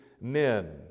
men